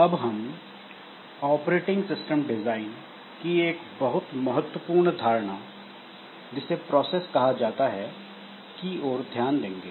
अब हम operating system design की एक बहुत महत्वपूर्ण धारणा जिसे प्रोसेस कहा जाता है की ओर ध्यान देंगे